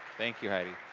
thank you, heidi.